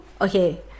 Okay